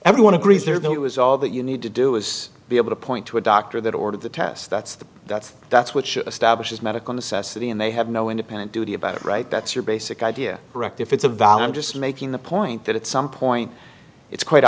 everyone agrees or that it was all that you need to do is be able to point to a doctor that ordered the test that's the that's that's which establishes medical necessity and they have no independent duty about it right that's your basic idea rect if it's a valid just making the point that at some point it's quite